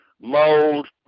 mold